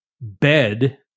bed